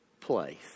place